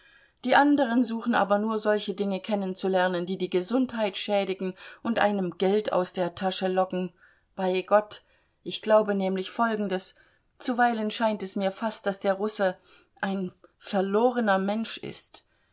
die anderen suchen aber nur solche dinge kennenzulernen die die gesundheit schädigen und einem geld aus der tasche locken bei gott ich glaube nämlich folgendes zuweilen scheint es mir fast daß der russe ein verlorener mensch ist